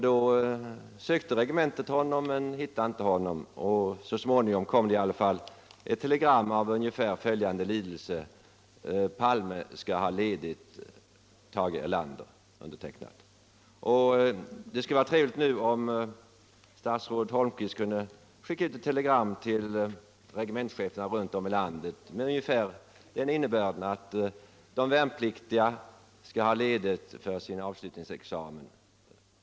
Då sökte regementet honom, men hittade honom inte. Så småningom kom ett telegram av ungefär följande lydelse: Palme skall ha ledigt. Tage Erlander. Det skulle vara trevligt om nu statsrådet Holmqvist kunde skicka ut ett telegram till regementcheferna runt om i landet med ungefär den här innebörden: De värnpliktiga skall ha ledighet för sin avslutningsexamen.